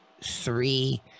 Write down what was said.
three